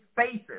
spaces